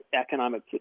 economic